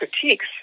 critiques